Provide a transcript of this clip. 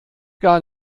gar